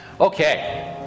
okay